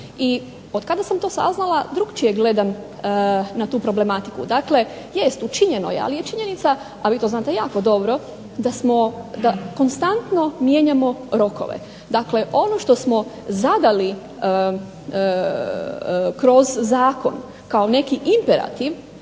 I od kada sam to saznala drugačije gledam na tu problematiku. Dakle, jest učinjeno ali je činjenica a vi to znate jako dobro da konstantno mijenjamo rokove. Dakle, ono što smo zadali kroz zakon kao neki imperativ,